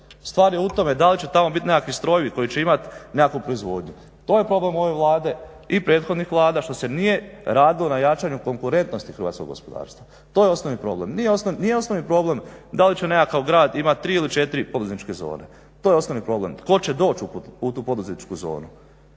Stvar je u tome da li će tamo biti nekakvi strojevi koji će imati nekakvu proizvodnju. To je problem ove Vlade i prethodnih Vlada što se nije radilo na jačanju konkurentnosti hrvatskog gospodarstva. To je osnovni problem. Nije osnovni problem da li će nekakav grad imat 3 ili 4 poduzetničke zone, to je osnovni problem tko će doći u tu poduzetničku zonu.